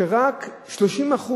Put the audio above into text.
שרק 30%,